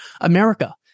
America